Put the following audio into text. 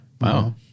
wow